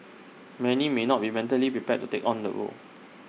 many may not be mentally prepared to take on the role